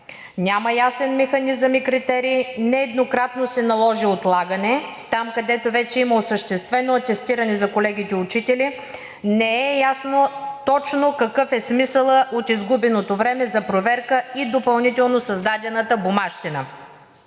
няма ясен механизъм и критерии, нееднократно се наложи отлагане, там, където вече има осъществено атестиране за колегите учители, не е ясно точно какъв е смисълът от изгубеното време за проверка и допълнително създадената бумащина.